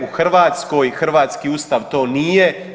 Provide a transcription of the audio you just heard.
U Hrvatskoj hrvatski Ustav to nije.